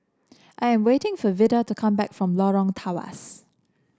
I am waiting for Vida to come back from Lorong Tawas